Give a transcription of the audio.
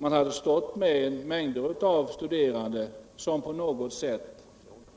Man skulle då ha haft mängder av studerande,